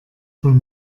von